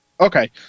Okay